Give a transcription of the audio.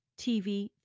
TV